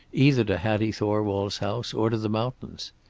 either to hattie thorwald's house or to the mountains.